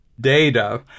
data